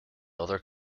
other